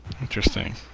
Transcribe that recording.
Interesting